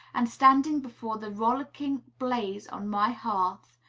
and, standing before the rollicking blaze on my hearth,